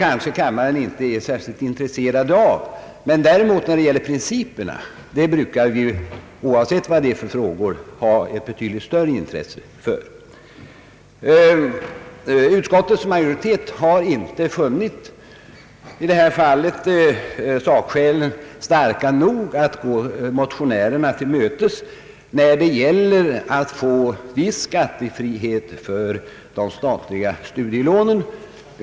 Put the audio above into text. Dessa är kammaren kanske inte särskilt intresserad av. Däremot brukar principerna — oavsett vad det är för frågor — föranleda ett betydligt större intresse. Utskottets majoritet har inte funnit sakskäl starka nog för att man skulle gå motionärerna till mötes när det gäller viss skattefrihet vid återbetalningen av de statliga studielånen.